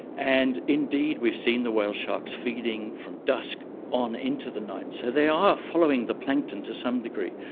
and indeed we've seen the whale sharks feeding from dusk on into the night. so they are following the plankton to some degree.